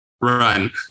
run